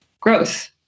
growth